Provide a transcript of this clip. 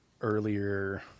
earlier